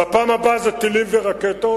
בפעם הבאה זה טילים ורקטות